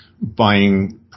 buying